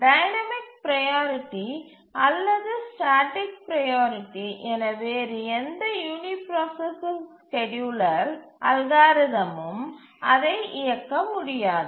dynamic priority அல்லது static priority என வேறு எந்த யூனிபிராசசர் ஸ்கேட்யூலர் அல்காரிதம் யும் அதை இயக்க முடியாது